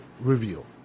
reveal